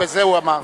את זה הוא אמר.